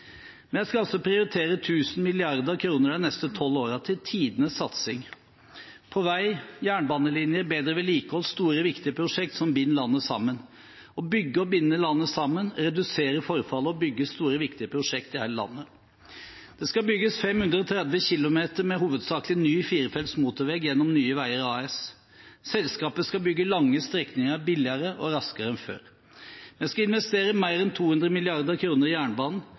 men er fortsatt for høye. Vi skal altså prioritere 1 000 mrd. kr de neste tolv årene til tidenes satsing på vei, jernbanelinjer, bedre vedlikehold og store, viktige prosjekter som binder landet sammen – å bygge og å binde landet sammen, redusere forfallet og bygge store, viktige prosjekter i hele landet. Det skal bygges 530 km med hovedsakelig ny firefelts motorvei gjennom Nye Veier AS. Selskapet skal bygge lange strekninger billigere og raskere enn før. Vi skal investere mer enn 200 mrd. kr i jernbanen